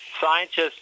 scientists